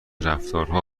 رفتارها